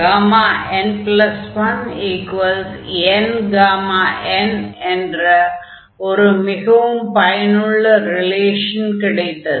ஆகையால் n1nΓn என்ற ஒரு மிகவும் பயனுள்ள ரிலேஷன் கிடைத்தது